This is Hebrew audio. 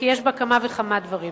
כי יש בה כמה וכמה דברים: